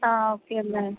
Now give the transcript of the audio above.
ah okay ma'am